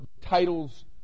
titles